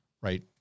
Right